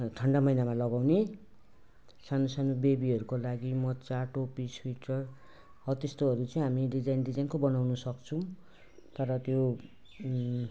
ठन्डा महिनामा लगाउने सानो सानो बेबीहरूको लागि मोजा टोपी स्वेटर हो त्यस्तोहरू चाहिँ हामी डिजाइन डिजाइनको बनाउनसक्छौँ तर त्यो